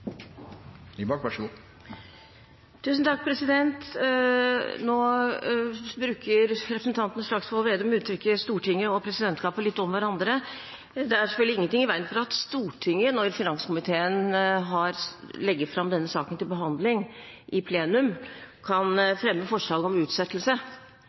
presidentskapet litt om hverandre. Det er selvfølgelig ingenting i veien for at Stortinget, når finanskomiteen legger fram denne saken til behandling i plenum, kan